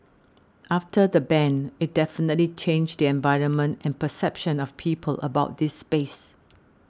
after the ban it definitely changed the environment and perception of people about this space